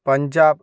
Punjab